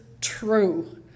true